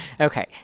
Okay